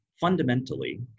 fundamentally